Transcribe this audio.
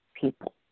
people